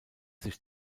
sich